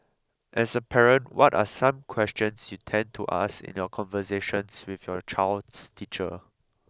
as a parent what are some questions you tend to ask in your conversations with your child's teacher